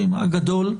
הגדול,